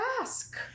ask